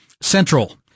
Central